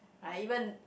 like even